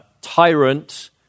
tyrant